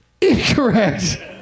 incorrect